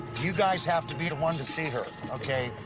you guys have to be the ones to see her. ok?